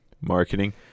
Marketing